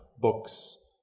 books